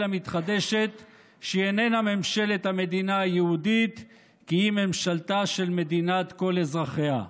המתחדשת שהיא איננה ממשלת המדינה היהודית כי אם ממשלתה של מדינת כל אזרחיה.